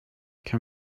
can